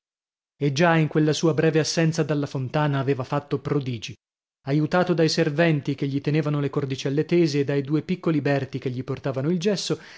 e già in quella sua breve assenza dalla fontana aveva fatto prodigi aiutato dai serventi che gli tenevano le cordicelle tese e dai due piccoli berti che gli portavano il gesso